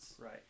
Right